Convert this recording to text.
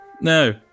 No